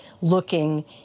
looking